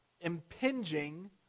impinging